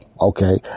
okay